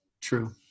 true